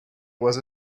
was